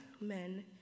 men